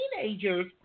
Teenagers